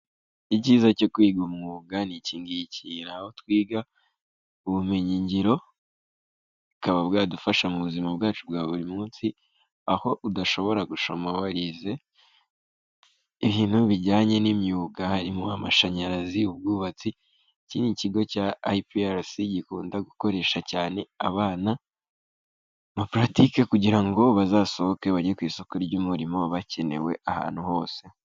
Icyiza cyo kwiga umwuga nikingi aho twiga ubumenyingiro bukaba bwadufasha mu buzima bwacu bwa buri munsi aho udashobora gushoma warize ibintu bijyanye n'imyuga harimo amashanyarazi, ubwubatsi, iki ni ikigo cya IPRS gikunda gukoresha cyane abana amaparatike kugira ngo bazasohoke bajye ku isoko ry'umurimo bakenewe ahantu hose.